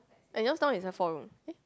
and yours now is a four room eh